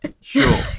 Sure